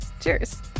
Cheers